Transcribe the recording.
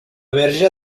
verge